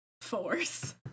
force